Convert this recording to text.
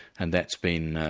and that's been,